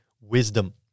wisdom